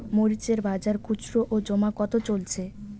মরিচ এর বাজার খুচরো ও জমা কত চলছে?